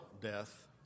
death